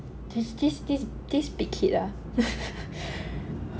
this this this this big kid ah